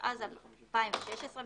התשע"ז 2016‏,